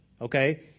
Okay